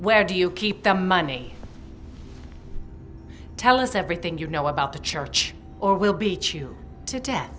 where do you keep the money tell us everything you know about the church or will beat you to death